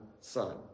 son